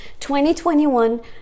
2021